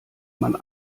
man